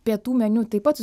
pietų meniu taip pat